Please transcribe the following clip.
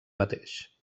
mateix